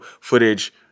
footage